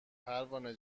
پروانه